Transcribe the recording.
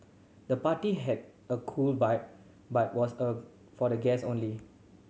the party had a cool vibe but was a for the guest only